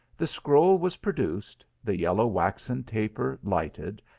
the scroll was produced, the yellow waxen taper lighted,